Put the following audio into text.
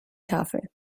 tafel